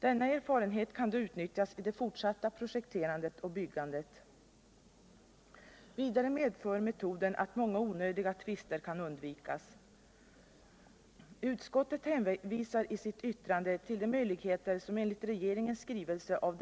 Denna erfarenhet kan då utnyttjas i det fortsatta projekterandet och byggandet. Vidare medför metoden att många onödiga tvister kan undvikas.